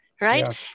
right